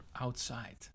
outside